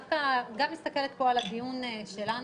היא גם מסתכלת פה על הדיון שלנו,